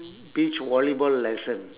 beach volleyball lesson